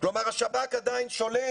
כלומר השב"כ עדיין שולט